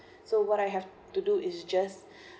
so what I have to do is just